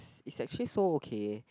it's actually so okay